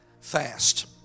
fast